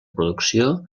producció